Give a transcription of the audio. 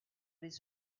les